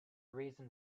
reason